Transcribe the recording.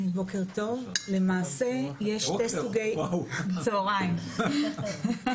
(הצגת מצגת) צוהריים טובים.